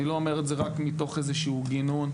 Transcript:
אני לא אומר את זה רק מתוך איזה שהוא גינון,